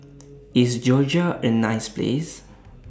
IS Georgia A nice Place